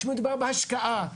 שמדובר בהשקעה,